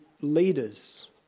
leaders